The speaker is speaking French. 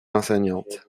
enseignante